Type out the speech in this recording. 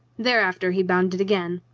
thereafter he bounded again.